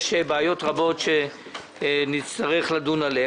יש בעיות רבות שנצטרך לדון בהן.